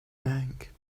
bank